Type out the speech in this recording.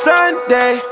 Sunday